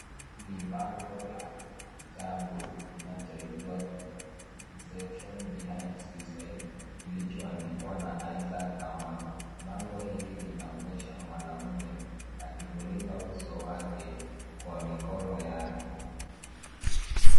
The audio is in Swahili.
Ni bango la kitabu kinachoitwa The Reception Behind Suicide kilichoandikwa na Isaac Kamau bango hili linaonyesha mwanaume akifunika uso wake kwa mikono yake